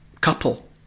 couple